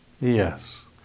yes